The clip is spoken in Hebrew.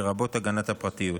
לרבות הגנת הפרטיות.